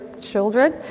children